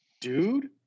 Dude